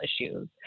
issues